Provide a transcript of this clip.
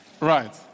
right